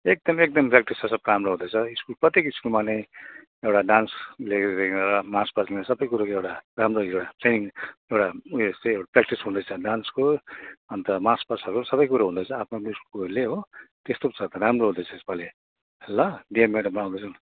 एकदम एकदम प्रयाक्टिसहरू सब राम्रो हुँदैछ स्कुल प्रत्येक स्कुलमा नै एउटा डान्सदेखि लिएर मार्च पासदेखि सबै कुरोको एउटा राम्रो एउटा ऊ यो चाहिँ प्रयाक्टिस हुँदैछ डान्सको अन्त मार्च पासहरूको सबै कुरो हुँदैछ आफ्नो आफ्नो स्कुलहरूले हो त्यस्तो पो छ त राम्रो हुँदैछ यसपालि ल डिएम मेडम पनि आउँदैछ